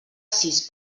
sis